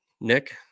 Nick